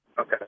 Okay